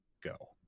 go